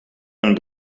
een